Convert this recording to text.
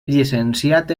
llicenciat